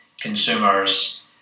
consumers